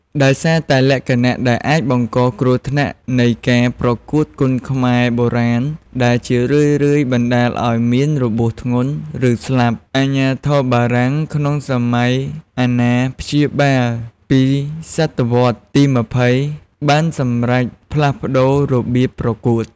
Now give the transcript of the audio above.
ដោយសារតែលក្ខណៈដែលអាចបង្កគ្រោះថ្នាក់នៃការប្រកួតគុនខ្មែរបុរាណ ដែលជារឿយៗបណ្តាលឱ្យមានរបួសធ្ងន់ ឬស្លាប់ អាជ្ញាធរបារាំងក្នុងសម័យអាណាព្យាបាល ពីសតវត្សទី២០ បានសម្រេចផ្លាស់ប្តូររបៀបប្រកួត។